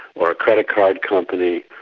or a credit card company,